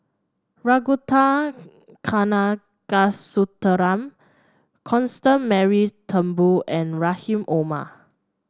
Ragunathar Kanagasuntheram Constance Mary Turnbull and Rahim Omar